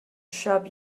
shop